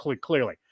clearly